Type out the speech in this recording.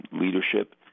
leadership